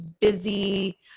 busy